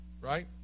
right